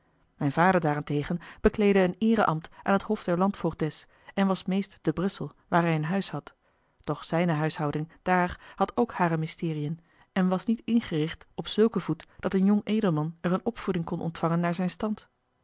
mijn vader daarentegen bekleedde een eereambt aan het hof der landvoogdes en was meest te brussel waar hij een huis had doch zijne huishouding daar had ook hare mysteriën en was niet ingericht op zulken voet dat een jong edelman er eene opvoeding kon ontvangen naar zijn stand